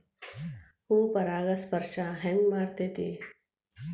ಹೂ ಪರಾಗಸ್ಪರ್ಶ ಹೆಂಗ್ ಮಾಡ್ತೆತಿ?